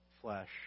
flesh